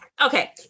okay